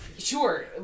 Sure